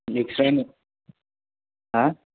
जिपसिआनो मा